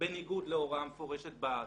בניגוד להוראה מפורשת בתוכנית.